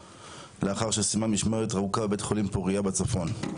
לאחר שסיימה משמרת ארוכה בבית חולים פוריה בצפון,